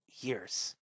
years